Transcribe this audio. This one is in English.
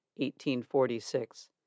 1846